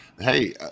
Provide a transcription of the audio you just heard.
Hey